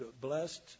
blessed